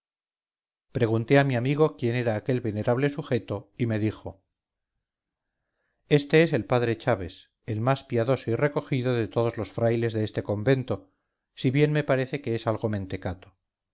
pregunté a mi amigo quién era aquel venerable sujeto y me dijo este es el padre chaves el más piadoso y recogido de todos los frailes de este convento si bien me parece que es algo mentecato